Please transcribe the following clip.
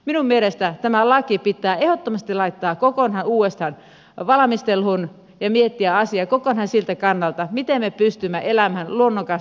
minun mielestäni tämä laki pitää ehdottomasti laittaa kokonaan uudestaan valmisteluun ja miettiä asiaa kokonaan siltä kannalta miten me pystymme elämään luonnon kanssa tasapainossa